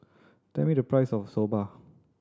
tell me the price of Soba